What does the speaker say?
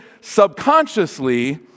subconsciously